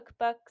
Cookbooks